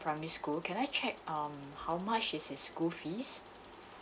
primary school can I check um how much is his school fees